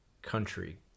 country